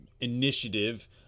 initiative